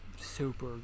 super